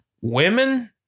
women